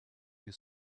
you